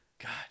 God